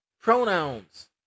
pronouns